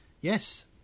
Yes